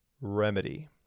remedy